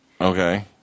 Okay